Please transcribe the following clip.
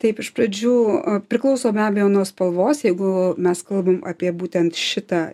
taip iš pradžių priklauso be abejo nuo spalvos jeigu mes kalbam apie būtent šitą